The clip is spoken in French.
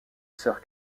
sœur